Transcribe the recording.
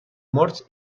morts